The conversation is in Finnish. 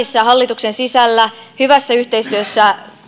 käynnissä hallituksen sisällä hyvässä yhteistyössä ministeriöissä